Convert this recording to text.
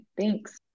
Thanks